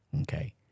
okay